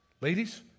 Ladies